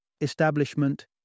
establishment